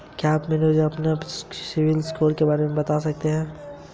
ऋण चुकाने के विभिन्न तरीके क्या हैं?